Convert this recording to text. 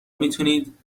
میتونید